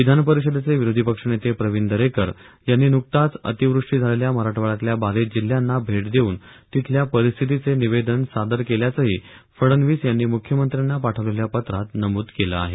विधान परिषेदेचे विरोधी पक्ष नेते प्रविण दरेकर यांनी नुकताच अतिवृष्टी झालेल्या मराठवाड्यातल्या बाधित जिल्ह्यांना भेट देऊन तिथल्या परिस्थितीचे निवेदन सादर केल्याचंही फडणवीस यांनी मुख्यमंत्र्यांना पाठवलेल्या पत्रात नमूद केलं आहे